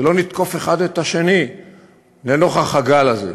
ולא נתקוף אחד את השני לנוכח הגל הזה.